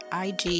ig